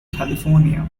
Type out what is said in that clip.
california